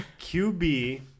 QB